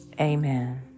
Amen